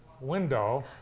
window